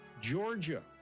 Georgia